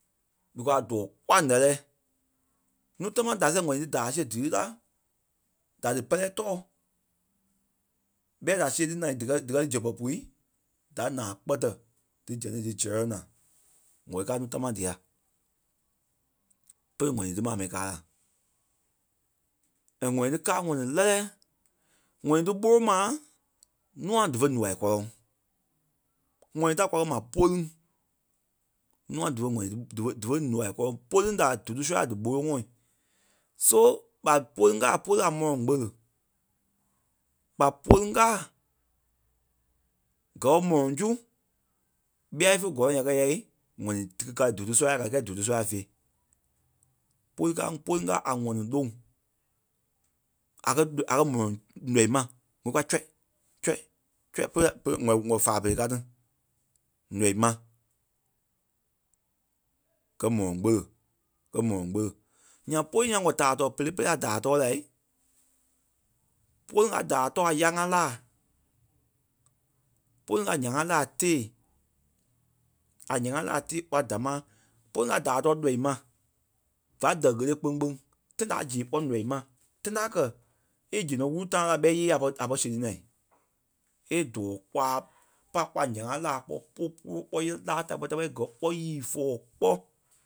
Because a dóo kpɔ́ a ǹɛ́lɛɛ. Nuu támaa da seh wɛli dí daai siɣe dí lí la, da dí pɛrɛ tɔɔ ɓɛ da see dí naa díkɛ díkɛ zɛpɛ pui da naa kpɛtɛ dí zɛŋ ti dí zɛlɛŋ naa. ŋwɛ́li káa núu tamaa dia. Pere ŋɔni maa mɛni kaa la. And ŋɔni ti káa a ŋɔni lɛ́lɛɛ. ŋɔni ti ɓóloŋ maa nûa dífe noai kɔlɔŋ. ŋɔni ta kwa kɛ́ ma póni nûa dífe ŋɔni dífe- dífe noai kɔlɔŋ. Póni da dúdu sua dí ɓóloŋɔɔ. So ɓa poni kaa póni a mɔlɔŋ kpele. ɓa poni kaa kɔɔ mɔlɔŋ su, ɓîa ífe gɔlɔŋ ya kɛ̀ ya ŋɔni dí ka dúdu sua ka ti kɛɛ dúdu sua fêi. Póni ka póni kaa a ŋɔni loŋ a kɛ̀ a kɛ̀ mɔlɔŋ lɔii ma ŋ̀óo kɛ tre tre tre pere- pere wɔ̀ wɔ̀ faa pere ka ti nɔii ma gɛ́ mɔlɔŋ kpele, gɛ́ mɔlɔŋ kpele. Nyaŋ póni nyaŋ wɔ̀ taai tɔɔ pere pere a daai tɔɔ lai. Póni a taai tɔɔ a yá ŋa láa. Póni a yà ŋa láa tée. A yà ŋa láa tée kpɔ́ a damaa. Póni a daai tɔɔ lɔii ma. Va dɛ̀ ɣele kpeŋ kpeŋ. Tãi ta a zee kpɔ́ nɔii ma. Tãi ta a kɛ e see nɔ wúru tãɣa ɓɛ iyee a pɔri- pɔri séri naa. A dóo kwa pai kpɔ́ a ǹya ŋa láa kpɔ́ po-polo kpɔ́ yɛ láa ta kpɛli ta kpɛli e kɛ̀ kpɔ́ yii fɔɔ kpɔ́.